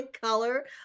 color